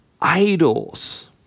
idols